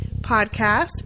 podcast